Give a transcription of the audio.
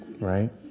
Right